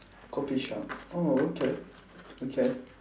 kopi shop oh okay okay